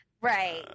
Right